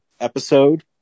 episode